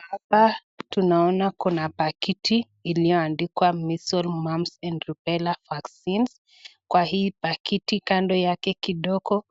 Hapa tunaona kuna pakiti iliyo andikwa [Measles, Mumps and Rubella Vaccines]. Kwa hii pakiti, kando yake kidogo